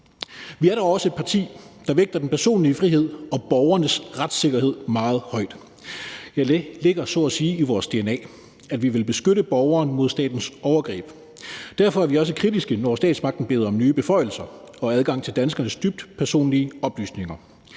Vi er dog også et parti, der vægter den personlige frihed og borgernes retssikkerhed meget højt. Det ligger så at sige i vores dna, at vi vil beskytte borgeren mod statens overgreb. Derfor er vi også kritiske, når statsmagten beder om nye beføjelser og adgang til danskernes dybt personlige oplysninger.